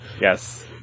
Yes